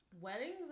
weddings